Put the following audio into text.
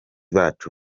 bacu